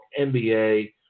NBA